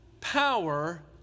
power